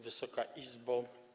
Wysoka Izbo!